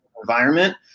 environment